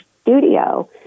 studio